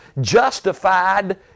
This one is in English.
justified